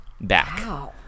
back